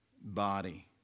body